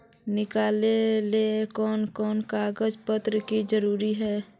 निकाले ला कोन कोन कागज पत्र की जरूरत है?